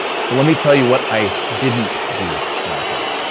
so let me tell you what i didn't do that day.